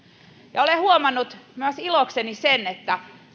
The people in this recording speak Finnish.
olen huomannut myös ilokseni sen että